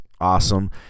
awesome